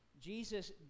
Jesus